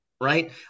right